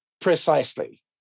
Precisely